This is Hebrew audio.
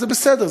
זה בסדר,